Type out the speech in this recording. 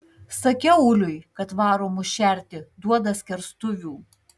sakiau uliui kad varo mus šerti duoda skerstuvių